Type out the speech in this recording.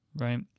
right